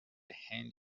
هند